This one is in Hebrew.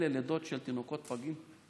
לידות של תינוקות פגים.